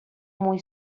muy